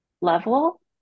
level